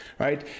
Right